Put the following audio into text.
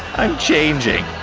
i'm changing.